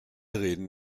reden